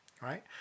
right